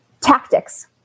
tactics